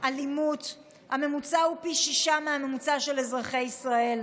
ואלימות הממוצע הוא פי שישה מהממוצע של אזרחי ישראל.